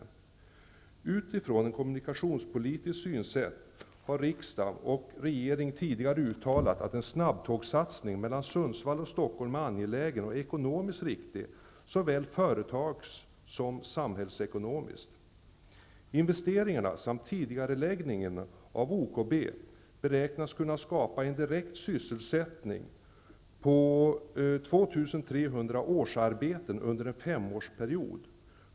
Utifrån ett kommunikationspolitiskt synsätt har riksdag och regering tidigare uttalat att en snabbtågssatsning på sträckan mellan Sundsvall och Stockholm är angelägen och ekonomiskt riktig såväl företags som samhällsekonomiskt. Ostkustbanan, beräknas kunna skapa direkt sysselsättning bestående av 2 300 årsarbeten under en femårsperiod.